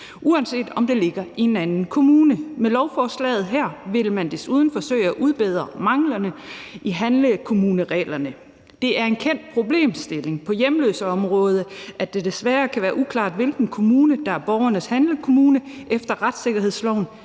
uanset om det ligger i en anden kommune. Med lovforslaget her vil man desuden forsøge at udbedre manglerne i handlekommunereglerne. Det er en kendt problemstilling på hjemløseområdet, at det desværre kan være uklart, hvilken kommune der er borgerens handlekommune efter retssikkerhedsloven,